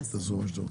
תעשו מה שאתם רוצים.